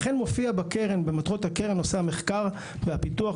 לכן מופיע במטרות הקרן נושא המחקר והפיתוח,